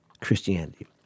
Christianity